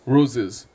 Roses